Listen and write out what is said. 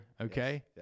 okay